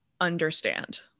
understand